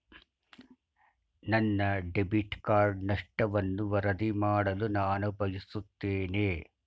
ನನ್ನ debit card ನಷ್ಟವನ್ನು ವರದಿ ಮಾಡಲು ನಾನು ಬಯಸುತ್ತೇನೆ